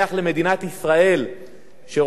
כשראש המוסד לשעבר מדבר על אירן,